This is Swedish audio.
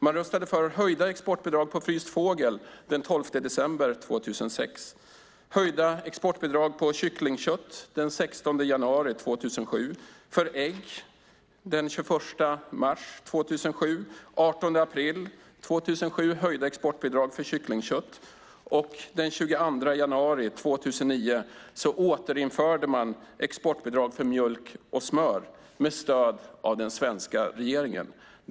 Man röstade för höjda exportbidrag till fryst fågel den 12 december 2006, höjda exportbidrag till kycklingkött den 16 januari 2007, till ägg den 21 mars 2007, den 18 april 2007 för höjda exportbidrag till kycklingkött, och den 22 januari 2009 återinförde man exportbidrag till mjölk och smör med stöd av den svenska regeringen.